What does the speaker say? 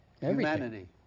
Humanity